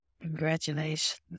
Congratulations